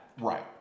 Right